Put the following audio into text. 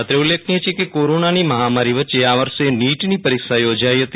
અત્રે ઉલ્લેખનીય છે કે કોરોનાની મહામારી વચ્ચે આ વર્ષે નીટની પરીક્ષા યોજાઈ હતી